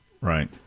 Right